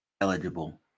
eligible